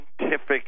Scientific